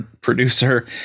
producer